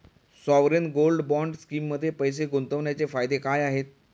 Sovereign gold bond स्कीममध्ये पैसे गुंतवण्याचे फायदे काय आहेत?